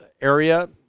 area